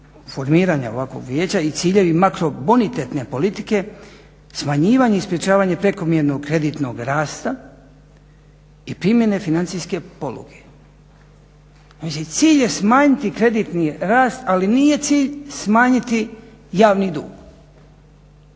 formiranja ovakvog vijeća i ciljevi makrobonitetne politike smanjivanje i sprječavanje prekomjernog kreditnog rasta i primjene financijske poluge. Mislim cilj je smanjiti kreditni rast, ali nije cilj smanjiti javni dug.